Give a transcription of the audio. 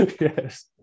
yes